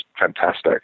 fantastic